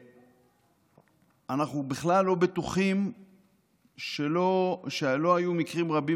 אנחנו בכלל לא בטוחים שלא היו מקרים רבים